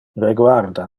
reguarda